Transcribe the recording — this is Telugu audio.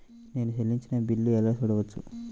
నేను చెల్లించిన బిల్లు ఎలా చూడవచ్చు?